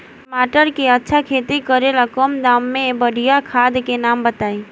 टमाटर के अच्छा खेती करेला कम दाम मे बढ़िया खाद के नाम बताई?